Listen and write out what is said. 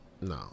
No